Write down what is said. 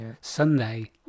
Sunday